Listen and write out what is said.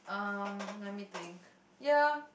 um let me think yeah